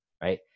right